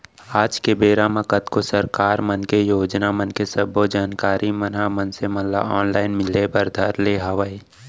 आज के बेरा म कतको सरकार मन के योजना मन के सब्बो जानकारी मन ह मनसे मन ल ऑनलाइन मिले बर धर ले हवय